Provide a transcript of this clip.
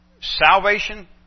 salvation